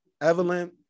Evelyn